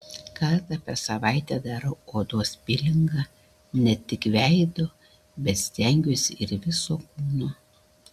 kartą per savaitę darau odos pilingą ne tik veido bet stengiuosi ir viso kūno